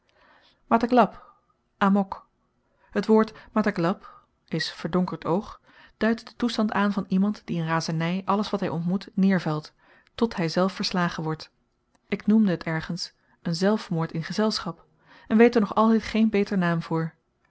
mata glap amokh t woord matah glap verdonkerd oog duidt den toestand aan van iemand die in razerny alles wat hy ontmoet neervelt tot hyzelf verslagen wordt ik noemde t ergens n zelfmoord in gezelschap en weet er nog altyd geen beter naam voor